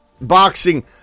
boxing